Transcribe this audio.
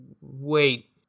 Wait